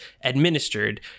administered